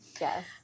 Yes